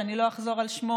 שאני לא אחזור על שמו,